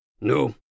No